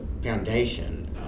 foundation